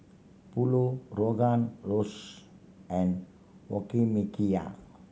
Pulao Rogan Josh and Okonomiyaki